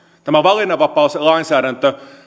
tämä valinnanvapauslainsäädäntö